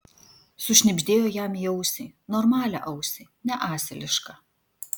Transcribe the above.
sušnibždėjo jam į ausį normalią ausį ne asilišką